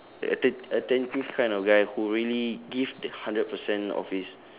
uh atten~ attentive kind of guy who really give the hundred percent of his